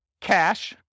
cash